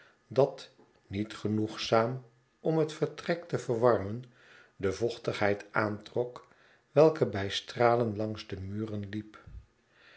dat niet genoegzaam om het vertrek te verwarmen de vochtigheid aantrok welke bij stralen langs de muren hep